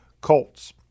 Colts